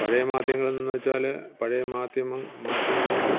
പഴയ മാധ്യങ്ങളെന്ന് വെച്ചാല് പഴയ മാധ്യമം മാധ്യമങ്ങൾ